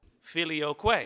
filioque